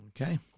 Okay